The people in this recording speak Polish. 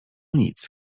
nic